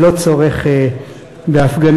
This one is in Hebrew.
ללא צורך בהפגנה.